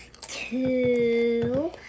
two